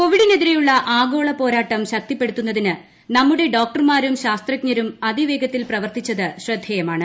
കോവിഡിനെതിരേയുള്ള ആഗോള പോരാട്ടം ശക്തിക്പ്പട്ടുത്തുന്നതിന് നമ്മുടെ ഡോക്ടർമാരും ശാസ്ത്രജ്ഞരും അതിപ്പേഴത്തിൽ പ്രവർത്തിച്ചത് ശ്രദ്ധേയമാണ്